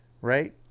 Right